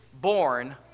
born